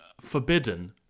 forbidden